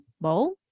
bowl